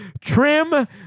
trim